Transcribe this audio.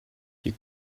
you